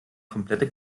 komplette